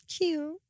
cute